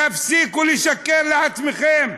תפסיקו לשקר לעצמכם.